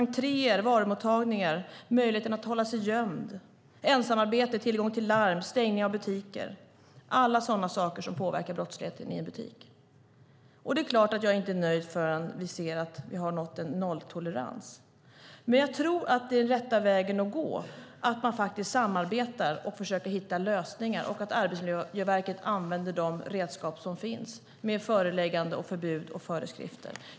Entréer, varumottagningar, möjligheten att hålla sig gömd, ensamarbete, tillgången till larm och stängning av butiker är saker som påverkar brottsligheten i en butik. Det är klart att jag inte är nöjd förrän vi har en nolltolerans. Jag tror att den rätta vägen att gå är att samarbeta och försöka hitta lösningar och att Arbetsmiljöverket använder de redskap som finns med förelägganden, förbud och föreskrifter.